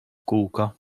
kółko